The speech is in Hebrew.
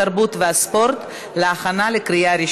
התרבות והספורט נתקבלה.